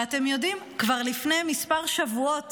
ואתם יודעים, כבר לפני כמה שבועות